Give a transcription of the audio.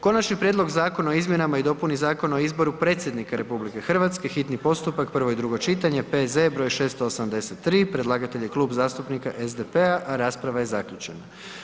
Konačni prijedlog Zakona o izmjenama i dopuni Zakona o izboru predsjednika RH, hitni postupak, prvo i drugo čitanje, P.Z. br. 683, predlagatelj je Klub zastupnika SDP-a a rasprava je zaključena.